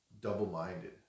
double-minded